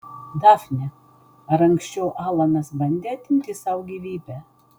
dafne ar anksčiau alanas bandė atimti sau gyvybę